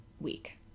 week